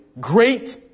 great